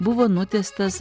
buvo nutiestas